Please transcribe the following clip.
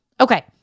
Okay